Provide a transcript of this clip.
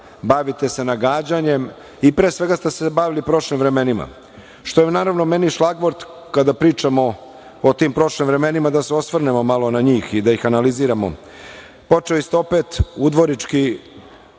bavite se nagađanjem i, pre svega, ste se bavili prošlim vremenima, što je naravno meni šlagvort kada pričamo o tim prošlim vremenima da se osvrnemo malo na njih i da ih analiziramo. Počeli ste opet udvorički